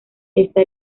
esta